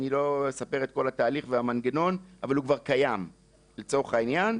אני לא אספר על כל התהליך והמנגנון אבל הוא כבר קיים לצורך העניין,